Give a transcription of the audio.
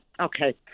okay